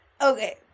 Okay